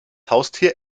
haustier